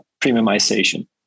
premiumization